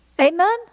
Amen